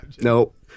Nope